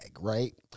Right